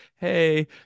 hey